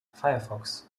firefox